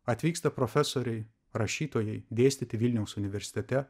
atvyksta profesoriai rašytojai dėstyti vilniaus universitete